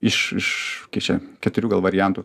iš iš kaip čia keturių variantų